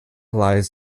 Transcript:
lies